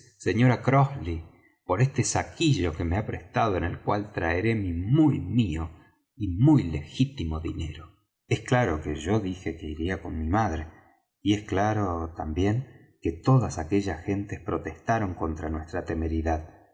sra crossley por este saquillo que me ha prestado en el cual traeré mi muy mío y muy legítimo dinero es claro que yo dije que iría con mi madre y claro es también que todas aquellas gentes protestaron contra nuestra temeridad